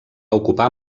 ocupar